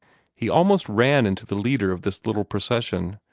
he almost ran into the leader of this little procession,